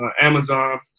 Amazon